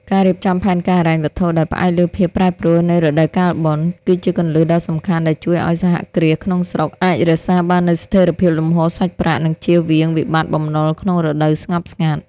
ការរៀបចំផែនការហិរញ្ញវត្ថុដោយផ្អែកលើភាពប្រែប្រួលនៃរដូវកាលបុណ្យ គឺជាគន្លឹះដ៏សំខាន់ដែលជួយឱ្យសហគ្រាសក្នុងស្រុកអាចរក្សាបាននូវស្ថិរភាពលំហូរសាច់ប្រាក់ និងចៀសវាងវិបត្តិបំណុលក្នុងរដូវស្ងប់ស្ងាត់។